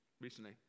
recently